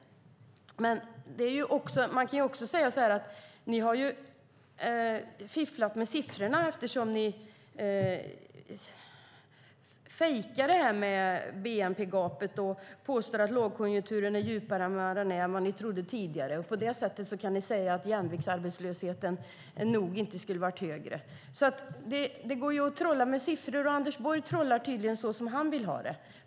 Man kan dock också säga att ni har fifflat med siffrorna eftersom ni fejkar det här med bnp-gapet och påstår att lågkonjunkturen är djupare än vad ni trodde tidigare. På det sättet kan ni säga att jämviktsarbetslösheten nog inte skulle ha varit högre. Det går alltså att trolla med siffror, och Anders Borg trollar tydligen så som han vill ha det.